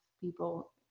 people